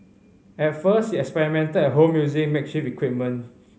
at first he experimented at home using makeshift equipment